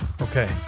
Okay